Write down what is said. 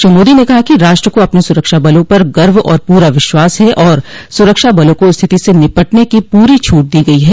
श्री मोदी ने कहा कि राष्ट्र को अपने सुरक्षाबलों पर गर्व और पूरा विश्वास है और सुरक्षा बलों को स्थिति से निपटने की पूरी छूट दी गई है